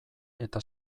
eta